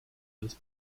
this